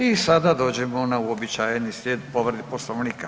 I sada dođemo na uobičajeni slijed povrede Poslovnika.